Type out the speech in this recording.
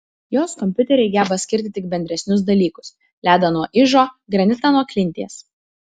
jos kompiuteriai geba skirti tik bendresnius dalykus ledą nuo ižo granitą nuo klinties